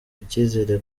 icyizere